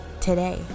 today